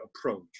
approach